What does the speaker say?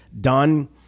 done